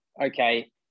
okay